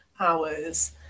hours